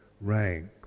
rank